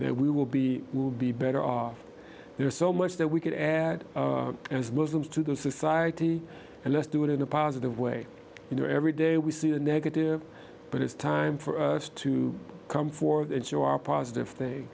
then we will be will be better off there's so much that we could add as muslims to the society and let's do it in a positive way you know every day we see the negative but it's time for us to come for the positive thing